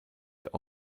der